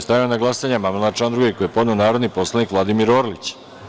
Stavljam na glasanje amandman na član 2. koji je podneo narodni poslanik Vladimir Orlić.